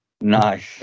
Nice